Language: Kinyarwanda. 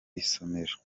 isomero